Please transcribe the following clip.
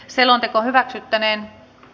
selonteko hyväksyttäne